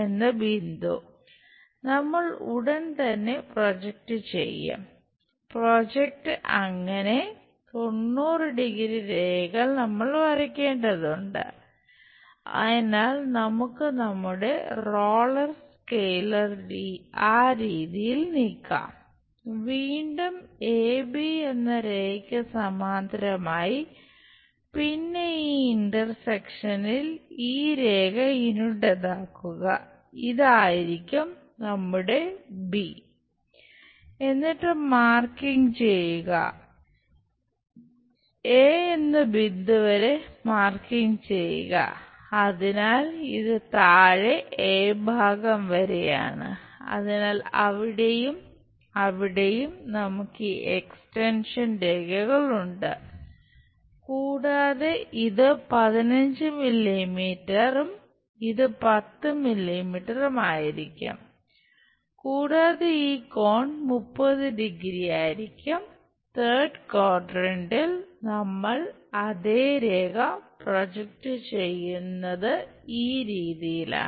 എന്നിട്ട് മാർകിങ് ചെയ്യുന്നത് ഈ രീതിയിലാണ്